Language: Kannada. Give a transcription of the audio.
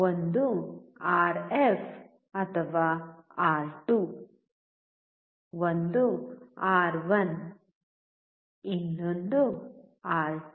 ಒಂದು ಆರ್ಎಫ್ ಅಥವಾ ಆರ್2 ಒಂದು ಆರ್1 ಇನ್ನೊಂದು ಆರ್2 ಇನ್ನೊಂದು ಆರ್1